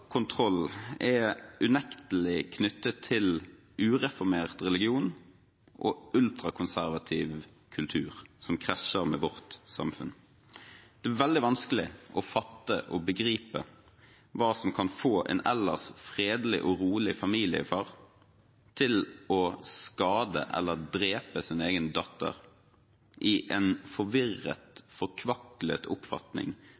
kontroll er unektelig knyttet til ureformert religion og ultrakonservativ kultur som krasjer med vårt samfunn. Det er veldig vanskelig å fatte og begripe hva som kan få en ellers fredelig og rolig familiefar til å skade eller drepe sin egen datter i en